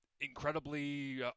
incredibly